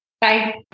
Bye